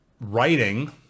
writing